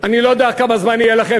אני לא יודע כמה זמן יהיה לכם,